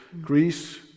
Greece